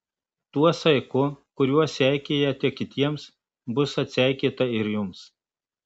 tuo saiku kuriuo seikėjate kitiems bus atseikėta ir jums